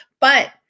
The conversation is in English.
but-